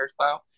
hairstyle